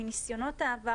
מניסיונות העבר,